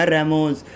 Ramos